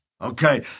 Okay